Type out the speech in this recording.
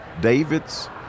David's